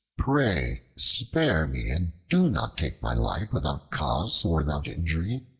pray spare me, and do not take my life without cause or without inquiry.